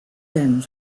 ends